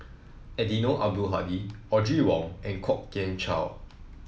Eddino Abdul Hadi Audrey Wong and Kwok Kian Chow